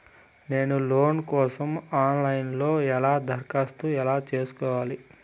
నేను లోను కోసం online లో ఎలా దరఖాస్తు ఎలా సేసుకోవాలి?